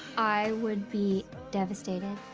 i would be devastated.